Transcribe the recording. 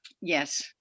yes